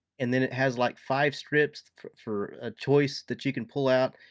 and then it has like five strips for for a choice that you can pull out.